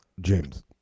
James